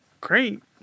Great